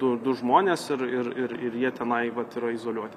du du žmones ir ir ir ir jie tenai vat yra izoliuoti